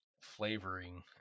flavoring